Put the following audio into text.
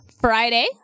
Friday